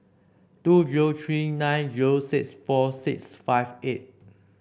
two zero three nine zero six four six five eight